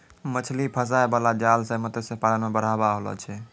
मछली फसाय बाला जाल से मतस्य पालन मे बढ़ाबा होलो छै